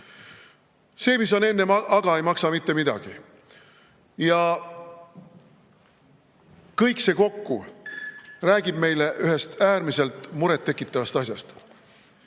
See, mis on enne aga, ei maksa mitte midagi! Ja kõik see kokku räägib meile ühest äärmiselt murettekitavast asjast.